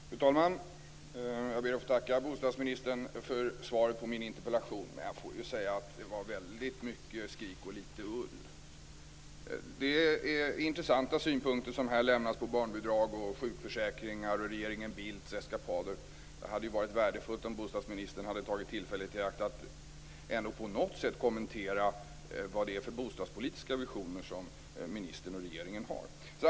Fru talman! Jag ber att få tacka bostadsministern för svaret på min interpellation. Men jag får ju säga att det var väldigt mycket skrik och litet ull. Det är intressanta synpunkter som här lämnas på barnbidrag, sjukförsäkringar och regeringen Bildts eskapader. Men det hade varit värdefullt om bostadsministern hade tagit tillfället i akt att på något sätt kommentera vad det är för bostadspolitiska visioner som ministern och regeringen har.